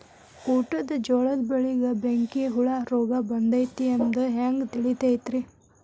ಊಟದ ಜೋಳದ ಬೆಳೆಗೆ ಬೆಂಕಿ ಹುಳ ರೋಗ ಬಂದೈತಿ ಎಂದು ಹ್ಯಾಂಗ ತಿಳಿತೈತರೇ?